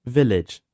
Village